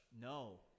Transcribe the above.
No